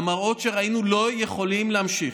המראות שראינו לא יכולים להימשך.